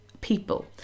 people